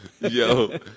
Yo